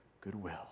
goodwill